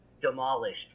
demolished